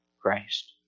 Christ